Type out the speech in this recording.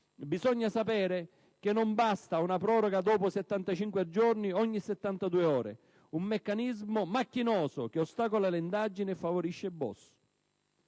bisogna sapere che non basta una proroga, dopo settantacinque giorni, ogni 72 ore: un meccanismo macchinoso che ostacola le indagini e favorisce i